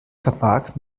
verbarg